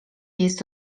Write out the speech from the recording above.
jest